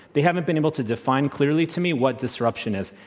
they haven't been able to define clearly to me what disruption is.